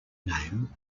name